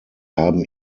haben